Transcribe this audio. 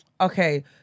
okay